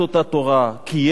קיים את אותה תורה,